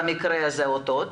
במקרה הזה אותות,